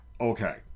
Okay